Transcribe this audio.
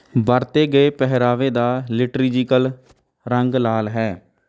ਵਰਤੇ ਗਏ ਪਹਿਰਾਵੇ ਦਾ ਲਿਟਰਜੀਕਲ ਰੰਗ ਲਾਲ ਹੈ